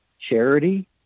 charity